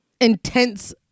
intense